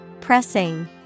Pressing